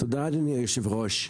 תודה אדוני היו"ר.